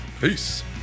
Peace